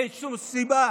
אין שום סיבה